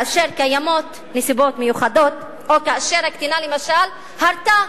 כאשר קיימות נסיבות מיוחדות או כאשר הקטינה למשל הרתה.